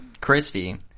Christy